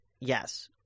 yes